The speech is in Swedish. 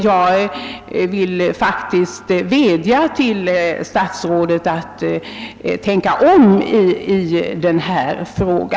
Jag vill faktiskt vädja till statsrådet att tänka om i denna fråga.